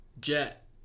jet